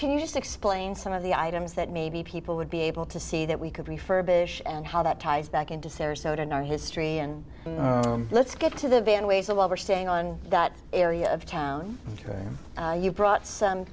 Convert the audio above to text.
can you just explain some of the items that maybe people would be able to see that we could refurbish and how that ties back into sarasota in our history and let's get to the van ways of overstaying on that area of town ok you brought some